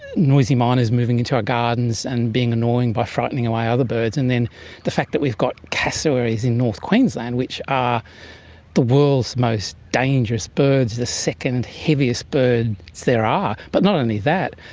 noisy miners moving into our gardens and being annoying by frightening away other birds, and then the fact that we've got cassowaries in north queensland which are the world's most dangerous birds, the second-heaviest birds there are. but not only that,